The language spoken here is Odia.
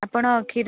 ଆପଣ କ୍ଷୀର